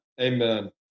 Amen